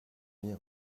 bien